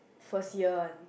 first year one